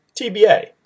TBA